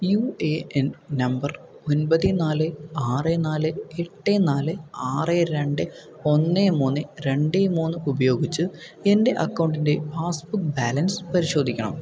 U A N number ഒൻപത് നാല് ആറേ നാല് എട്ട് നാല് ആറ് രണ്ട് ഒന്ന് മൂന്ന് രണ്ട് മൂന്ന് ഉപയോഗിച്ച് എൻ്റെ അക്കൗണ്ടിൻ്റെ പാസ്ബുക്ക് ബാലൻസ് പരിശോധിക്കണം